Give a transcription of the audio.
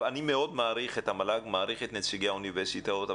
אני מאוד מעריך את המל"ג ומעריך את נציגי האוניברסיטאות,